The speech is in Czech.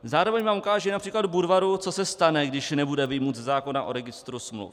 Zároveň vám ukážu na příkladu Budvaru, co se stane, když nebude vyjmut ze zákona o registru smluv.